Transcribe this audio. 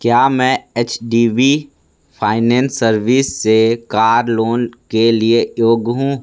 क्या मैं H D B finance service से कार लोन के लिए योग्य हूँ